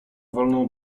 wolną